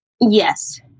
Yes